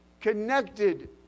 connected